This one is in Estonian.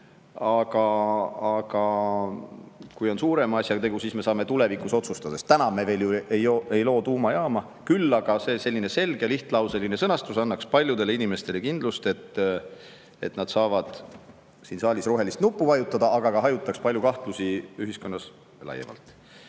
Aga kui on suurema asjaga tegu, siis me saame tulevikus otsustada, sest täna me veel ju ei loo tuumajaama. Küll aga annaks selge lihtlauseline sõnastus paljudele inimestele kindlust, et nad saavad siin saalis rohelist nuppu vajutada, ja hajutaks palju kahtlusi ka ühiskonnas laiemalt.